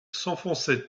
s’enfonçait